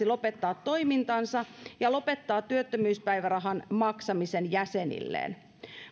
lopettaa toimintansa ja lopettaa työttömyyspäivärahan maksamisen jäsenilleen